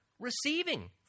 receiving